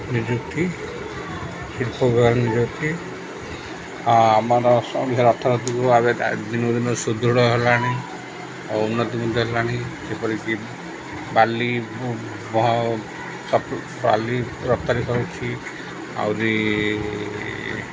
ନିଯୁକ୍ତି ଶିଳ୍ପ ଦ୍ଵାରା ନିଯୁକ୍ତି ଆମର ରଥ ଏବେ ଦିନକୁ ଦିନ ସୁଦୃଢ଼ ହେଲାଣି ଆଉ ଉନ୍ନତି ମଧ୍ୟ ହେଲାଣି ଯେପରିକି ବାଲି ବାଲି ରପ୍ତାନି କରୁଛି ଆହୁରି